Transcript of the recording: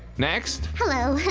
next? hello.